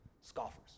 Scoffers